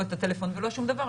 לא את הטלפון ולא שום דבר,